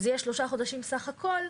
שזה יהיה שלושה חודשים בסך הכול,